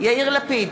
יאיר לפיד,